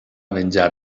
venjar